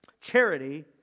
charity